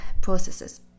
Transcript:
processes